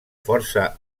força